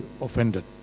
offended